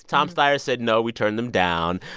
tom steyer said no, we turned them down.